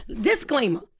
disclaimer